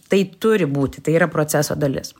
tai turi būti tai yra proceso dalis